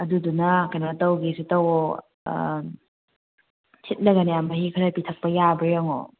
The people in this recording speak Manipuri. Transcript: ꯑꯗꯨꯗꯨꯅ ꯀꯩꯅꯣ ꯇꯧꯒꯦꯁꯨ ꯇꯧꯑꯣ ꯊꯤꯠꯂꯒꯅꯦ ꯃꯍꯤ ꯈꯔ ꯄꯤꯊꯛꯄ ꯌꯥꯕ꯭ꯔꯥ ꯌꯦꯡꯉꯣ